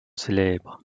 célèbre